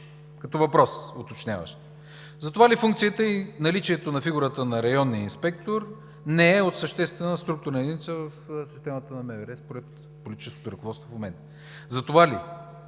въпрос. Затова ли функцията и наличието на фигурата на районния инспектор не е съществена структурна единица в системата на МВР според политическото ръководство в момента? Затова ли